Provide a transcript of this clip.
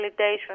validation